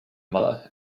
mother